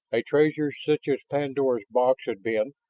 a treasure such as pandora's box had been,